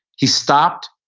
he stopped,